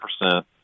percent